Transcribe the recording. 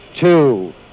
two